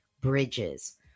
Bridges